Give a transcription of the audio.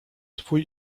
twój